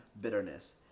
bitterness